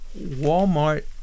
Walmart